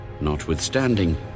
Notwithstanding